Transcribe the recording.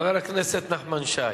חבר הכנסת נחמן שי,